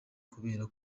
kubera